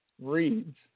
reads